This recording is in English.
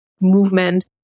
movement